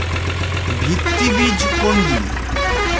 ভিত্তি বীজ কোনগুলি?